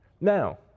Now